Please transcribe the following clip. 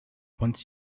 once